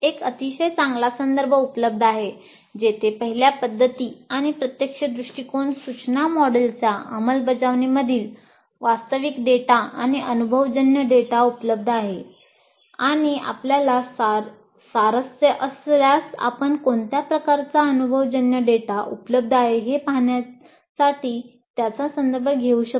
एक अतिशय चांगला संदर्भ उपलब्ध आहे जेथे प्रत्यक्ष पद्धती आणि प्रत्यक्ष दृष्टिकोन सूचना मॉडेलच्या अंमलबजावणीमधील वास्तविक डेटा आणि अनुभवजन्य डेटा उपलब्ध आहे हे पाहण्यासाठी त्यांचा संदर्भ घेऊ शकतो